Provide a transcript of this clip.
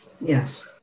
Yes